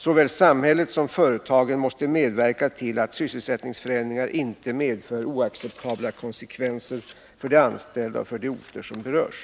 Såväl samhället som företagen måste medverka till att sysselsättningsförändringar inte medför oacceptabla konsekvenser för de anställda och för de orter som berörs.